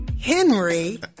henry